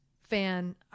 fan